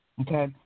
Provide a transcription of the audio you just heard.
Okay